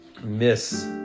miss